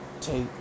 take